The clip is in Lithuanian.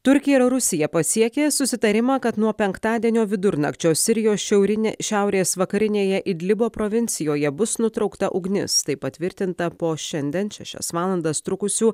turkija ir rusija pasiekė susitarimą kad nuo penktadienio vidurnakčio sirijos šiaurinė šiaurės vakarinėje idlibo provincijoje bus nutraukta ugnis tai patvirtinta po šiandien šešias valandas trukusių